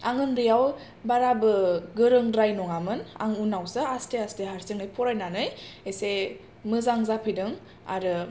आं ओन्दैआव बाराबो गोरोंद्राय नङामोन आं उनावसो आस्थे आस्थे हारसिंनो फरायनानै एसे मोजां जाफैदों आरो